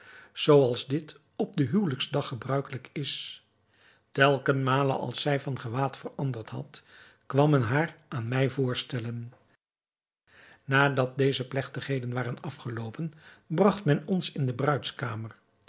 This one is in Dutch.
als dit op den huwelijksdag gebruikelijk is telken male als zij van gewaad veranderd had kwam men haar aan mij voorstellen nadat al deze plegtigheden waren afgeloopen bragt men ons in de bruidskamer